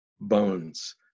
bones